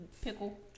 pickle